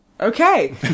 Okay